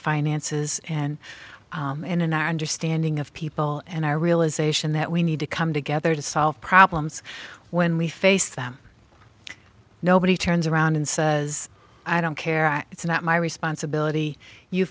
finances and in and are understanding of people and our realisation that we need to come together to solve problems when we face them nobody turns around and says i don't care it's not my responsibility you